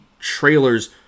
trailers